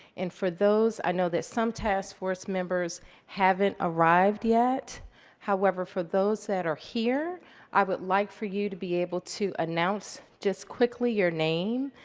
and for those i know that some taskforce members haven't arrived yet however, for those that are here i would like for you to be able to announce just quickly your name,